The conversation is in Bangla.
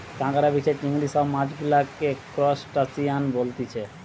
কাঁকড়া, বিছে, চিংড়ি সব মাছ গুলাকে ত্রুসটাসিয়ান বলতিছে